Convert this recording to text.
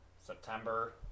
September